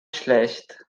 schlecht